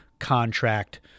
contract